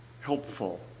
helpful